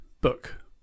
book